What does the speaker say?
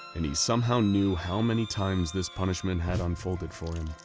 and he somehow knew how many times this punishment had unfolded for him.